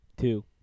two